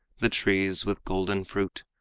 the trees with golden fruit,